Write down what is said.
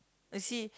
I see